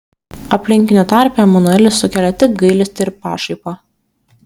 aplinkinių tarpe emanuelis sukelia tik gailestį ir pašaipą